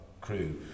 crew